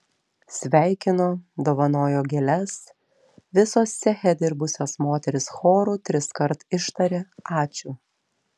sveikino dovanojo gėles visos ceche dirbusios moterys choru triskart ištarė ačiū